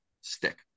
Stick